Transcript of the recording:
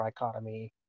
trichotomy